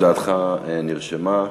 הודעתך נרשמה.